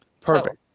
perfect